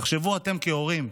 תחשבו אתם, כהורים.